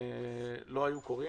לא היו קורים.